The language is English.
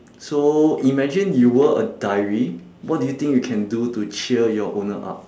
so imagine you were a diary what do you think you can do to cheer your owner up